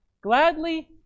Gladly